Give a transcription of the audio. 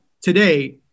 today